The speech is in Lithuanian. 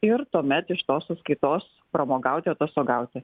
ir tuomet iš tos sąskaitos pramogauti atostogauti